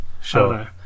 Sure